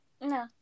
No